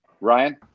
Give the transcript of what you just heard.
Ryan